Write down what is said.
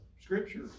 scripture